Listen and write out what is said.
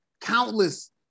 countless